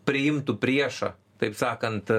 priimtų priešą taip sakant